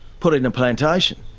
put in plantation.